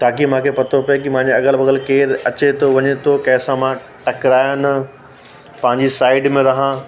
ताकी मूंखे पतो पए कि मुंहिंजे अगल बगल केरु अचे थो वञे थो कंहिंसां मां टकारायां न पंहिंजी साइड में रहां